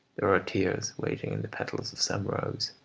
there are tears waiting in the petals of some rose.